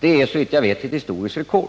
Det är såvitt jag vet ett historiskt rekord.